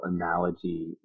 analogy